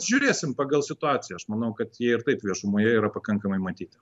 žiūrėsime pagal situaciją aš manau kad jie ir taip viešumoje yra pakankamai matyti